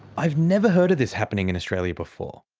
i've never heard of this happening in australia before.